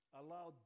allow